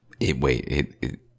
Wait